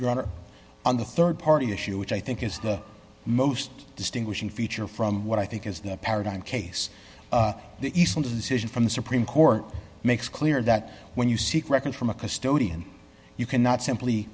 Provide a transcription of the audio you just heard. are on the rd party issue which i think is the most distinguishing feature from what i think is the paradigm case the easten decision from the supreme court makes clear that when you seek records from a custodian you cannot simply